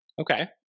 Okay